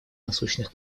насущных